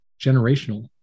generational